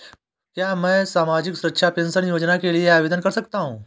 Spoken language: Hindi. क्या मैं सामाजिक सुरक्षा पेंशन योजना के लिए आवेदन कर सकता हूँ?